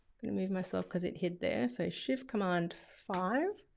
going to move myself cause it hid there. so shift command five